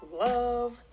love